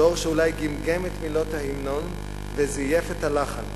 דור שאולי גמגם את מילות ההמנון וזייף את הלחן,